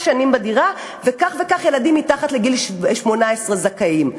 שנים בדירה וכך וכך ילדים מתחת לגיל 18 זכאים.